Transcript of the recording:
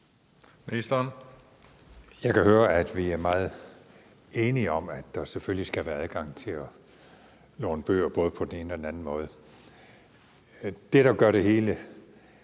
Haarder): Jeg kan høre, at vi er meget enige om, at der selvfølgelig skal være adgang til at låne bøger både på den ene og den anden måde. Det, der gør det hele